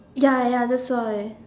ya ya that's why